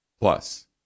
Plus